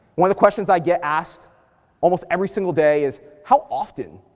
one of the questions i get asked almost every single day is, how often,